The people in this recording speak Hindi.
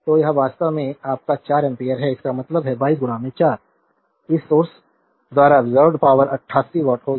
तो यह वास्तव में आपका 4 एम्पीयर है इसका मतलब है 22 4 इस सोर्स द्वारा अब्सोर्बेद पावर88 वाट होगी